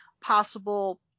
possible